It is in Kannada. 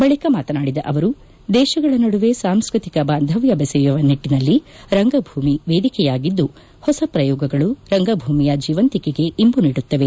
ಬಳಿಕ ಮಾತನಾಡಿದ ಅವರು ದೇಶಗಳ ನಡುವೆ ಸಾಂಸ್ಕೃತಿಕ ಬಾಂಧವ್ಯ ಬೆಸೆಯುವ ನಿಟ್ಟಿನಲ್ಲಿ ರಂಗಭೂಮಿ ವೇದಿಕೆಯಾಗಿದ್ದು ಹೊಸ ಪ್ರಯೋಗಗಳು ರಂಗಭೂಮಿಯ ಜೀವಂತಿಕೆಗೆ ಇಂಬು ನೀಡುತ್ತವೆ